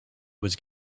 was